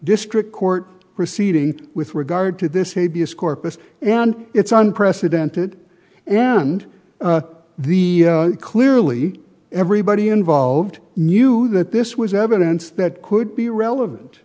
district court proceeding with regard to this maybe as corpus and it's unprecedented and the clearly everybody involved knew that this was evidence that could be relevant